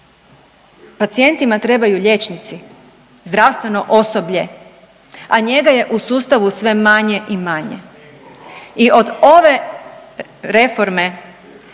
Pacijentima trebaju liječnici, zdravstveno osoblje, a njega je u sustavu sve manje i manje i od ove reforme